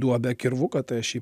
duobę kirvuką tai aš jį